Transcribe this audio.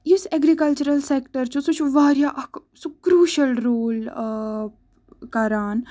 یُس agricultural sector چھُ سُہ چھُ واریاہ اکھ سُہ کروٗشَل روٗل کران